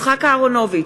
יצחק אהרונוביץ,